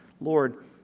Lord